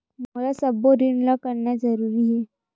मोला सबो ऋण ला करना जरूरी हे?